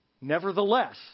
Nevertheless